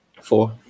Four